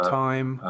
time